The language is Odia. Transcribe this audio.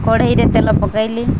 କଢ଼େଇରେ ତେଲ ପକେଇଲି